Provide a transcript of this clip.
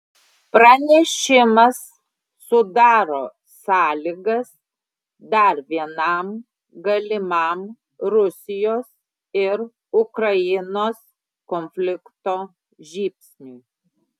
pranešimas sudaro sąlygas dar vienam galimam rusijos ir ukrainos konflikto žybsniui